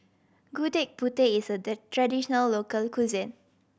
Gudeg Putih is a traditional local cuisine